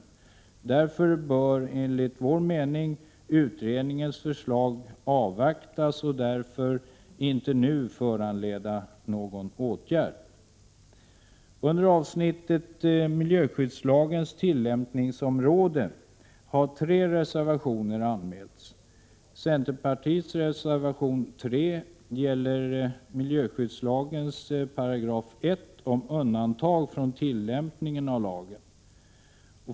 Därför bör enligt vår mening utredningens förslag avvaktas och inte nu föranleda någon åtgärd. Under avsnittet om miljöskyddslagens tillämpningsområde har tre reservationer anmälts. Centerpartiets reservation 3 gäller miljöskyddslagens 1 § om undantag från tillämpningen av lagen.